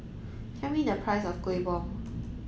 tell me the price of Kuih Bom